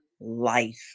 life